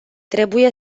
trebuie